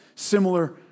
Similar